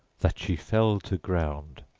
that she fell to ground.